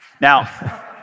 Now